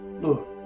look